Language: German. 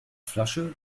flasche